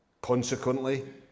Consequently